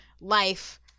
life